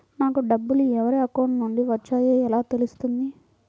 నాకు డబ్బులు ఎవరి అకౌంట్ నుండి వచ్చాయో ఎలా తెలుస్తుంది?